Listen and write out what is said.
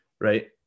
right